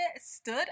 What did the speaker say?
stood